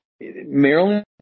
Maryland